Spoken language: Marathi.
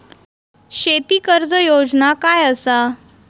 शेती कर्ज योजना काय असा?